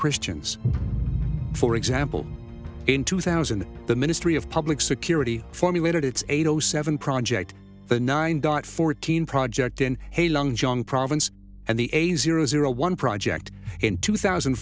christians for example in two thousand the ministry of public security formulated its eight zero seven project the nine dot fourteen project in a long john province and the a zero zero one project in two thousand